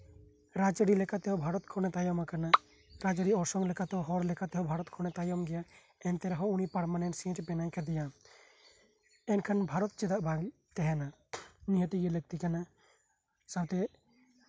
ᱨᱟᱡᱽ ᱟᱨᱤ ᱞᱮᱠᱟ ᱛᱮᱦᱚᱸ ᱵᱷᱟᱨᱚᱛ ᱠᱷᱚᱱᱮ ᱛᱟᱭᱚᱢ ᱟᱠᱟᱱᱟ ᱨᱟᱡᱽ ᱟᱨᱤ ᱚᱲᱥᱚᱝ ᱦᱚᱲ ᱞᱮᱠᱷᱟ ᱛᱮᱦᱚᱸ ᱵᱷᱟᱨᱚᱛ ᱠᱷᱚᱱᱮ ᱛᱟᱭᱚᱢ ᱜᱮᱭᱟ ᱮᱱᱛᱮ ᱨᱮᱦᱚᱸ ᱩᱱᱤ ᱯᱟᱨᱢᱟᱱᱮᱱᱴ ᱥᱤᱴ ᱨᱮ ᱢᱮᱱᱟᱭ ᱟᱠᱟᱫᱮᱭᱟ ᱮᱱᱠᱷᱟᱱ ᱵᱷᱟᱨᱚᱛ ᱪᱮᱫᱟᱜ ᱵᱟᱭ ᱛᱮᱦᱮᱱᱟ ᱱᱤᱦᱟᱹᱛ ᱫᱮ ᱛᱟᱦᱮᱸ ᱞᱟᱠᱛᱤ ᱠᱟᱱᱟ ᱥᱟᱶᱛᱮ